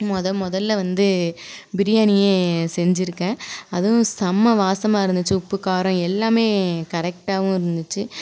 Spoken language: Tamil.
முத முதல்ல வந்து பிரியாணியே செஞ்சிருக்கேன் அதுவும் செம்ம் வாசமாக இருந்திச்சு உப்பு காரம் எல்லாமே கரெக்ட்டாகவும் இருந்திச்சு